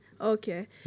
Okay